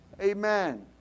Amen